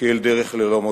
כאל דרך ללא מוצא.